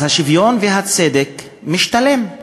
אז השוויון והצדק משתלמים.